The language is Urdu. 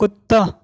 کُتّا